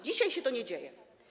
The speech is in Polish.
Dzisiaj się to nie dzieje.